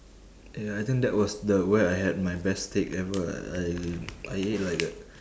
ya I think that was the where I had my best steak ever I I I ate like a